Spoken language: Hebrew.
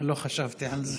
לא חשבתי על זה.